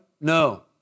No